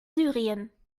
syrien